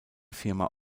firma